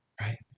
right